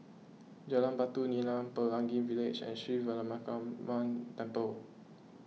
Jalan Batu Nilam Pelangi Village and Sri Veeramakaliamman Temple